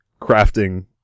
crafting